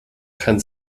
kann